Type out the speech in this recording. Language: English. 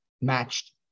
matched